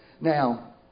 Now